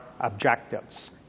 objectives